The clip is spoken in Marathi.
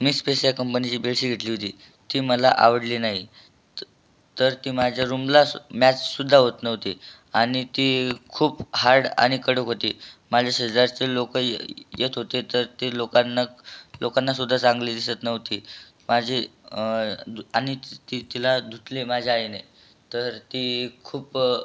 मी स्पेसिया कंपनीची बेडशीट घेतली होती ती मला आवडली नाही त तर ती माझ्या रूमला सु मॅचसुद्धा होत नव्हती आणि ती खूप हार्ड आणि कडक होती माझ्या शेजारचे लोक ये येत होते तर ते लोकांना लोकांनासुद्धा चांगली दिसत नव्हती माझी दु आणि ती ती तिला धुतली माझ्या आईने तर ती खूप